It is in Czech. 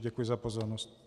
Děkuji za pozornost.